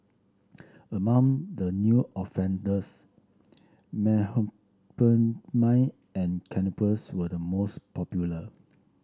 among the new offenders and cannabis were the most popular